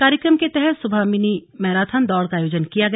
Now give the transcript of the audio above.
कार्यक्रम के तहत सुबह मिनी मैराथन दौड़ का आयोजन किया गया